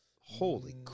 Holy